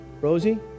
Rosie